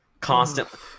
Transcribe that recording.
constantly